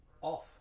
Off